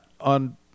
on